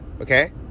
Okay